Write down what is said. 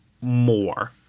more